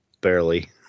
Barely